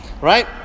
right